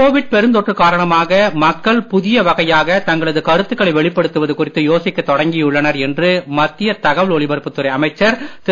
Covid பெருந்தொற்று காரணமாக மக்கள் புதிய வகையாக தங்களது கருத்துகளை வெளிப்படுத்துவ்து குறித்து யோசிக்கத் தொடங்கியுள்ளனர் என்று மத்திய தகவல் ஒலிபரப்புத் துறை அமைச்சர் திரு